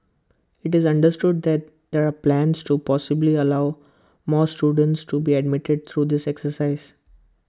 IT is understood that there are plans to possibly allow more students to be admitted through this exercise